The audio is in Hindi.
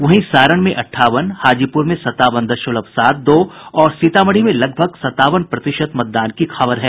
वहीं सारण में अंठावन हाजीपुर में संतावन दशमलव सात दो और सीतामढ़ी में लगभग संतावन प्रतिशत मतदान की खबर है